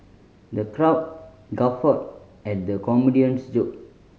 the crowd guffawed at the comedian's joke